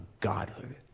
Godhood